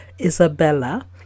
Isabella